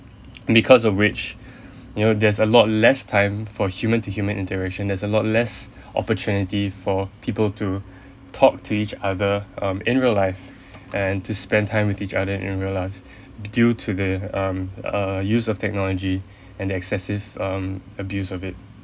because of which you know there's a lot less time for human to human interaction there's a lot less opportunity for people to talk to each other um in real life and to spend time with other in real life due to the um err use of technology and the excessive um abuse of it